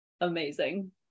amazing